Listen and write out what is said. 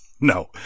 No